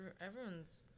everyone's